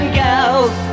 girls